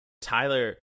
Tyler